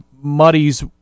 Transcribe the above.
muddies